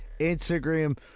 Instagram